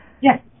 Yes